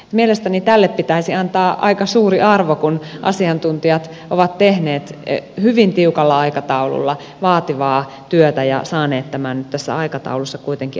mielestäni tälle pitäisi antaa aika suuri arvo kun asiantuntijat ovat tehneet hyvin tiukalla aikataululla vaativaa työtä ja saaneet tämän nyt tässä aikataulussa kuitenkin annetuksi